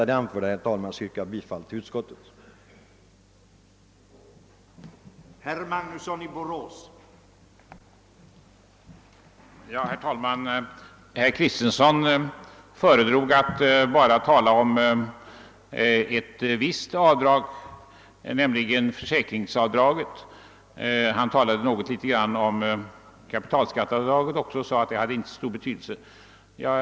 Med det anförda ber jag att få yrka bifall till utskottets hemställan.